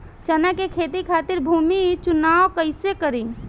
चना के खेती खातिर भूमी चुनाव कईसे करी?